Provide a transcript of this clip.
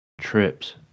trips